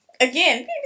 Again